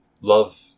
love